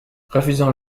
refusant